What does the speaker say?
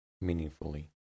meaningfully